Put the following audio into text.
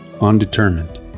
undetermined